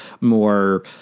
more